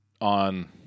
on